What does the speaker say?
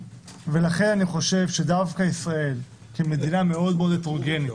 דווקא ישראל, שהיא מדינה מאוד מאוד הטרוגנית,